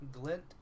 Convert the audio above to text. Glint